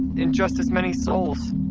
in just as many sols.